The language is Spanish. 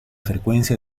frecuencia